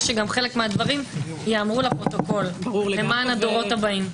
שגם חלק מהדברים ייאמרו לפרוטוקול למען הדורות הבאים.